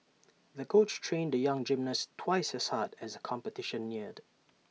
the coach trained the young gymnast twice as hard as the competition neared